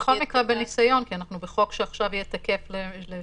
אנחנו בכל מקרה בניסיון כי אנחנו בחוק שיהיה תקף לשנה.